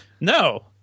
No